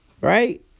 Right